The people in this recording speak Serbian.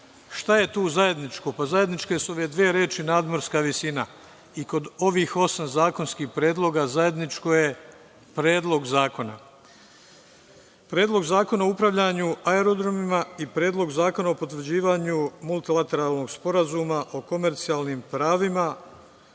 Šta je tu zajedničko? Zajedničke su ove dve reči nadmorska visina. Kod ovih osam zakonskih predloga zajedničko je – predlog zakona. Predlog zakona o upravljanju aerodromima i Predlog zakona o potvrđivanju multilateralnog Sporazuma o komercijalnim pravima